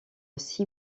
six